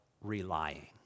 relying